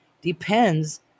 depends